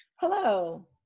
hello